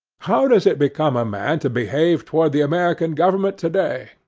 how does it become a man to behave toward the american government today?